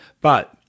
but-